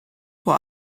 vor